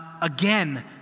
Again